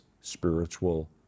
spiritual